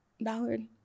Ballard